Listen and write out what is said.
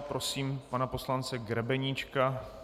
Prosím pana poslance Grebeníčka.